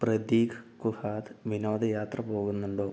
പ്രതീക് കുഹാദ് വിനോദയാത്ര പോകുന്നുണ്ടോ